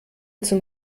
zum